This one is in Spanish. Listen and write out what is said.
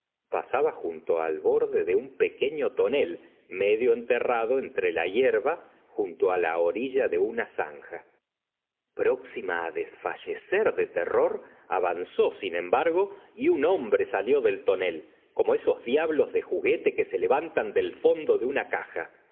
pasaba junto al borde de un pequeño tonel medio enterrado entre la hierba junto la orilla de una zanja próxima desfallecer de terror avanzó sin embargo y un hombre salió del tonel como esos diablos de juguete que se levantan del fondo de una caja